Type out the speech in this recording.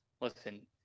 Listen